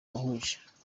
wahuje